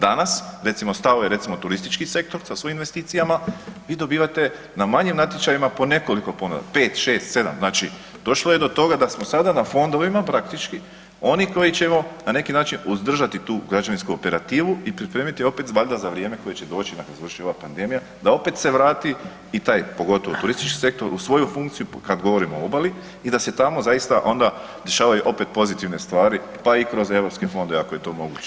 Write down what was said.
Danas, recimo stavove, recimo turistički sektor sa svojim investicijama vi dobivate na manjim natječajima po nekolik ponuda 5, 6, 7. Znači došlo je do toga da smo sada na fondovima praktički oni koji ćemo na neki način uzdržati tu građevinsku operativu i pripremiti opet valjda za vrijeme koje će doći nakon što završi ova pandemije, da opet se vrati i taj pogotovo turistički sektor u svoju funkciju, kad govorimo o obali i da se tamo zaista onda dešavaju opet pozitivne stvari pa i kroz europske fondove ako je to moguće.